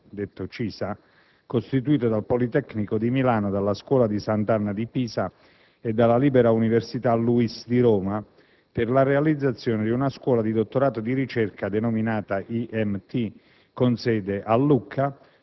detto CISA, costituito dal Politecnico di Milano, dalla Scuola Sant'Anna di Pisa e dalla Libera Università LUISS di Roma, per la realizzazione di una scuola di dottorato di ricerca, denominata IMT, con sede a Lucca,